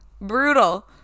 Brutal